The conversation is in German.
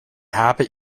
habe